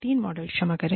तीन मॉडल क्षमा करें